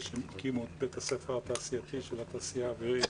שהקימו את בית הספר התעשייתי של התעשייה האווירית